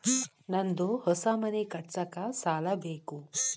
ನಂದು ಹೊಸ ಮನಿ ಕಟ್ಸಾಕ್ ಸಾಲ ಬೇಕು